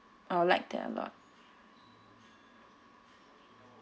I would like that a lot